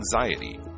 anxiety